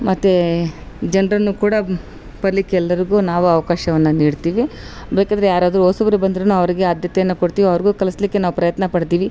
ಮತ್ತು ಜನರನ್ನು ಕೂಡ ಬರಲಿಕ್ಕೆ ಎಲ್ಲರಿಗು ನಾವು ಅವಕಾಶವನ್ನ ನೀಡ್ತೀವಿ ಬೇಕಿದ್ರೆ ಯಾರಾದರು ಹೊಸಬ್ರು ಬಂದ್ರು ಅವರಿಗೆ ಆದ್ಯತೆಯನ್ನು ಕೊಡ್ತೀವಿ ಅವ್ರಿಗು ಕಲಿಸ್ಲಿಕ್ಕೆ ನಾವು ಪ್ರಯತ್ನ ಪಡ್ತೀವಿ